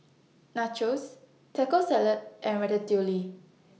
Nachos Taco Salad and Ratatouille